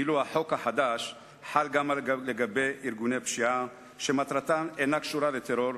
ואילו החוק החדש חל גם על ארגוני פשיעה שמטרתם אינה קשורה לטרור,